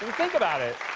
think about it.